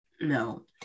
no